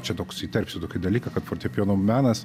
čia toks įterpsiu tokį dalyką kad fortepijono menas